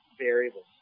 variables